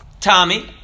Tommy